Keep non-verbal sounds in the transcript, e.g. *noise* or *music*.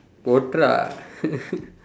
போட்டுறா:pootturaa *laughs*